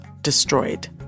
destroyed